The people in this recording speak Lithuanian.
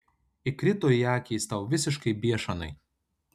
įkrito į akį jis tau visiškai biešanai